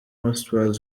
hotspur